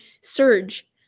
Surge